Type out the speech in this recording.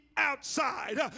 Outside